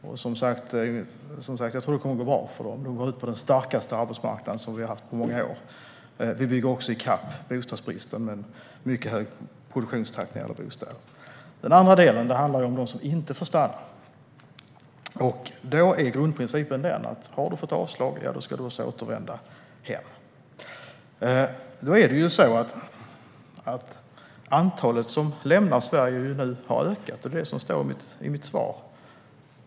Jag tror som sagt att det kommer att gå bra för dem. De går ut på den starkaste arbetsmarknad som vi har haft på många år. Vi bygger i kapp bostadsbristen, och vi har en mycket hög produktionstakt när det gäller bostäder. Den andra handlar om dem som inte får stanna. Grundprincipen är att om man har fått avslag ska man återvända hem. Antalet som lämnar Sverige har ökat, som jag sa i mitt svar.